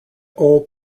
old